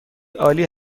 عالی